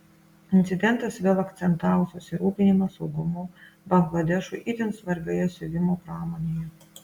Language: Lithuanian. incidentas vėl akcentavo susirūpinimą saugumu bangladešui itin svarbioje siuvimo pramonėje